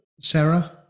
Sarah